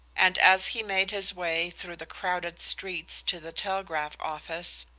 and as he made his way through the crowded streets to the telegraph office,